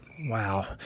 Wow